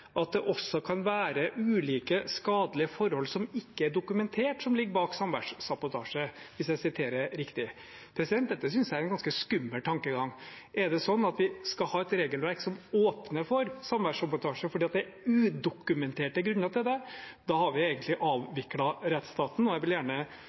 at det også kan være ulike skadelige forhold som ikke er dokumentert, som ligger bak samværssabotasje, hvis jeg siterer riktig. Dette synes jeg er en ganske skummel tankegang. Er det sånn at vi skal ha et regelverk som åpner for samværssabotasje fordi det er udokumenterte grunner til det? Da har vi egentlig